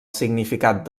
significat